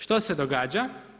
Što se događa?